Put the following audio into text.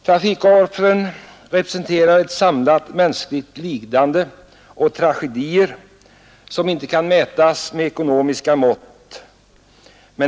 Trafikoffren representerar ett samlat mänskligt lidande och tragedier som inte kan mätas med ekonomiska mått.